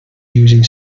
using